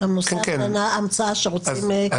נושא ההמצאה כשרוצים --- כן.